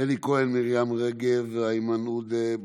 אלי כהן; מרים רגב, איימן עודה.